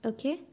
Okay